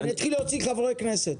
אתחיל להוציא חברי כנסת.